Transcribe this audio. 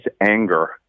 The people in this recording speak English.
anger